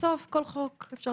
כל חוק אפשר